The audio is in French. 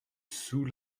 sous